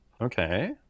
Okay